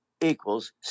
equals